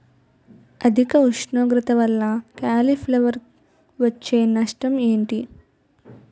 అధిక ఉష్ణోగ్రత వల్ల కాలీఫ్లవర్ వచ్చే నష్టం ఏంటి?